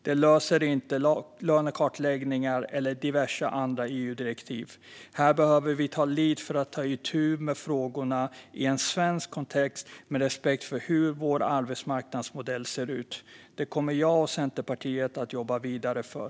Det löser man inte med lönekartläggningar eller diverse andra EU-direktiv. Här behöver vi ta lead för att ta itu med frågorna i en svensk kontext med respekt för hur vår arbetsmarknadsmodell ser ut. Det kommer jag och Centerpartiet att jobba vidare för.